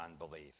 unbelief